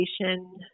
education